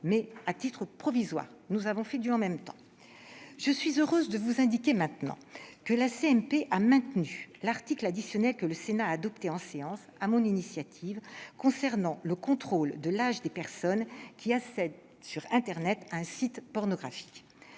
mais à titre provisoire. Nous avons fait du « en même temps »! Je suis heureuse de vous l'annoncer, la commission mixte paritaire a maintenu l'article additionnel que le Sénat a adopté en séance, sur mon initiative, concernant le contrôle de l'âge des personnes accédant sur internet à un site pornographique.